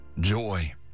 joy